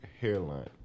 hairline